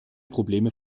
probleme